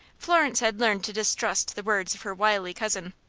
florence had learned to distrust the words of her wily cousin.